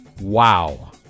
Wow